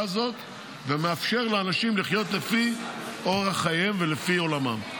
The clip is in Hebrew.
הזאת ומאפשר לאנשים לחיות לפי אורח חייהם ולפי עולמם.